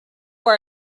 our